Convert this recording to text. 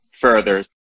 further